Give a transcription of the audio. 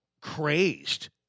crazed